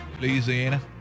Louisiana